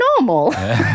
normal